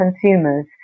consumers